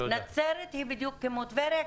נצרת היא בדיוק כמו טבריה,